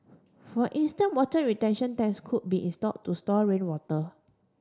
for instant water retention tanks could be install to store rainwater